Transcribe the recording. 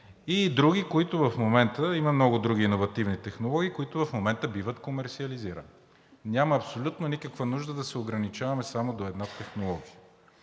и други, има много други иновативни технологии, които в момента биват комерсиализирани. Няма абсолютно никаква нужда да се ограничаваме само до една технология.